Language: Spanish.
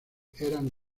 eran